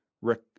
Rick